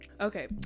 Okay